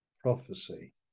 prophecy